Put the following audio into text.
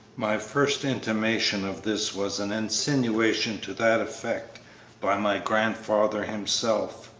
my first intimation of this was an insinuation to that effect by my grandfather himself,